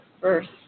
first